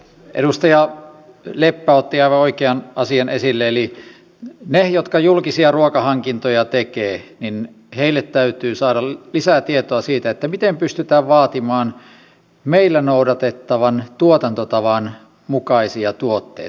edustaja leppä otti aivan oikean asian esille eli niille jotka julkisia ruokahankintoja tekevät täytyy saada lisää tietoa siitä miten pystytään vaatimaan meillä noudatettavan tuotantotavan mukaisia tuotteita